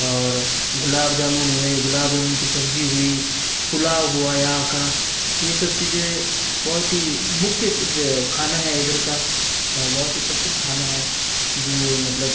और गुलाब जामुन हुए गुलाब जामुन की सब्जी हुई पुलाव हुआ यहाँ का ये सब चीज़ें बहुत ही मुख्य खाना है इधर का और बहुत ही प्रसिद्ध खाना है जो मतलब